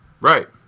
right